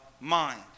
mind